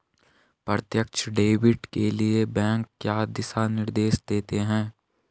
प्रत्यक्ष डेबिट के लिए बैंक क्या दिशा निर्देश देते हैं?